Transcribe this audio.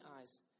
eyes